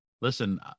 listen